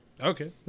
Okay